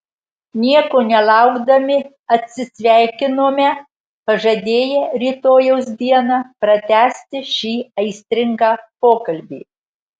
nieko nelaukdami atsisveikinome pažadėję rytojaus dieną pratęsti šį aistringą pokalbį